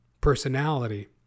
personality